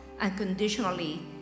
unconditionally